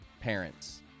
parents